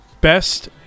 best